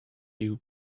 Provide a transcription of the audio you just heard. you